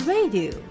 Radio